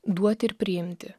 duot ir priimti